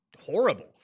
horrible